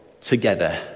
together